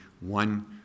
one